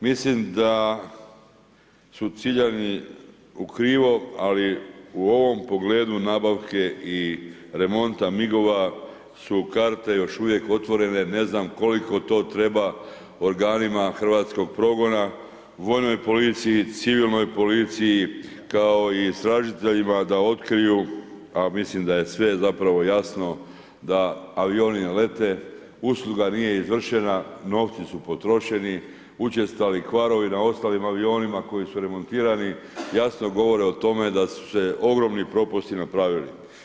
Mislim da su ciljali u krivu, ali u ovom pogledu nabavke i remonta MIG-ova su karte još uvijek otvorene, ne znam koliko to treba organima hrvatskog progona, vojnoj policiji, civilnoj policiji, kao i istražiteljima da otkriju a mislim da je sve zapravo jasno, da avioni ne lete, usluga nije izvršena, novci su potrošeni, učestali kvarovi na ostalim avionima, koji su remontirani, jasno govore o tome da su se ogromni propusti napravili.